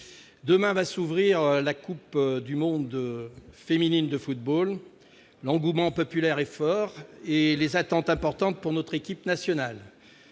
Demain va s'ouvrir la Coupe du monde féminine de football. L'engouement populaire est fort et les attentes sont importantes pour notre équipe nationale.